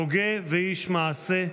הוגה ואיש מעשה,